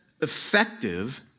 effective